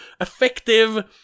effective